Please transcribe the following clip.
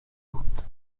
بود